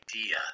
idea